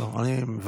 לא, לא, אני מבקש.